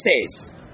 says